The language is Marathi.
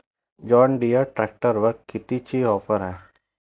जॉनडीयर ट्रॅक्टरवर कितीची ऑफर हाये?